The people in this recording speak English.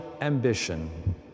ambition